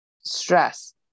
stress